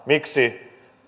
miksi